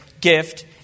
gift